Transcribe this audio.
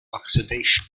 oxidation